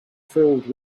filled